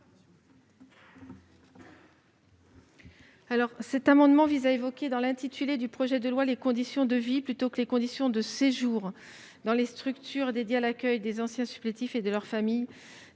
Il s'agit d'évoquer, dans l'intitulé du projet de loi, les conditions de « vie », plutôt que les conditions de « séjour » dans les structures dédiées à l'accueil des anciens supplétifs et de leurs familles.